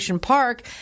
Park